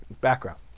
background